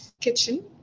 kitchen